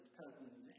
cousins